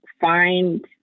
find